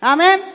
Amen